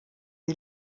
die